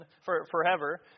forever